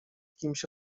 kimś